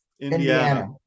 Indiana